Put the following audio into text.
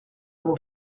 mon